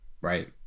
Right